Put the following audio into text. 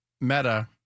Meta